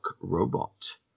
robot